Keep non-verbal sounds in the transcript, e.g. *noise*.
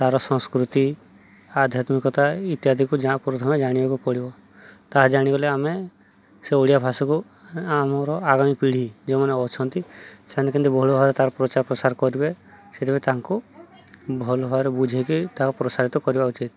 ତାର ସଂସ୍କୃତି ଆଧ୍ୟତ୍ମିକତା ଇତ୍ୟାଦିକୁ *unintelligible* ପ୍ରଥମେ ଜାଣିବାକୁ ପଡ଼ିବ ତାହା ଜାଣିଗଲେ ଆମେ ସେ ଓଡ଼ିଆ ଭାଷାକୁ ଆମର ଆଗାମୀ ପିଢ଼ି ଯେଉଁମାନେ ଅଛନ୍ତି ସେମାନେ କେମିତି ଭଲ ଭାବରେ ତାର ପ୍ରଚାର ପ୍ରସାର କରିବେ ସେଥିପାଇଁ ତାଙ୍କୁ ଭଲ ଭାବରେ ବୁଝେଇକି ତାକୁ ପ୍ରସାରିତ କରିବା ଉଚିତ୍